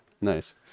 nice